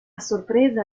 sorpresa